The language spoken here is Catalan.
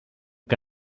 que